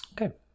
Okay